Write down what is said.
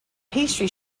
pastry